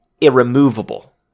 irremovable